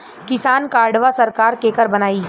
किसान कार्डवा सरकार केकर बनाई?